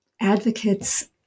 advocates